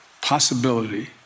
possibility